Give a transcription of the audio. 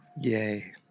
Yay